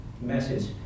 message